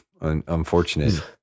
unfortunate